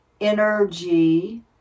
Energy